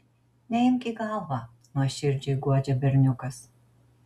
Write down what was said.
neimk į galvą nuoširdžiai guodžia berniukas